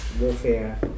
warfare